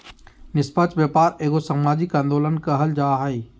निस्पक्ष व्यापार एगो सामाजिक आंदोलन कहल जा हइ